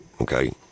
okay